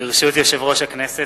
ברשות יושב-ראש הכנסת,